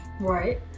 Right